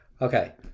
Okay